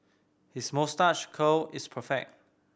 his moustache curl is perfect